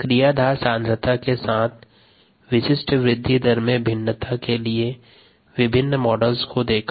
क्रियाधार सांद्रता के साथ विशिष्ट वृद्धि दर में भिन्नता के लिए विभिन्न मॉडल्स को देखा